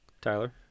tyler